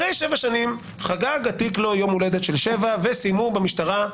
אחרי שבע שנים חגג התיק יום הולדת שבע וסיימו במשטרה,